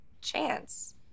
chance